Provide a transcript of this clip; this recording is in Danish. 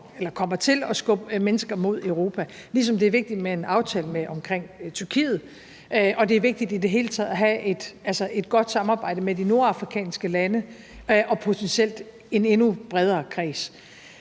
der kommer til at skubbe mennesker imod Europa. Det er også vigtigt med en aftale med Tyrkiet, og det er vigtigt i det hele taget at have et godt samarbejde med de nordafrikanske lande og potentielt en endnu bredere kreds.